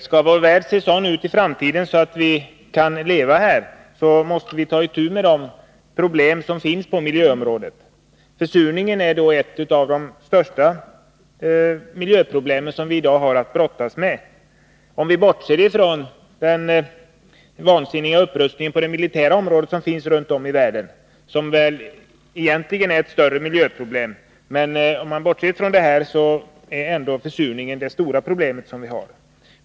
Herr talman! Skall vår värld i framtiden se sådan ut att vi kan leva här, måste vi ta itu med de problem som finns på miljöområdet. Försurningen är då ett av de största miljöproblem som vi i dag har att brottas med. Om vi bortser från den vansinniga upprustningen på det militära området runt om i världen, som egentligen är ett större miljöproblem, är försurningen det stora problemet.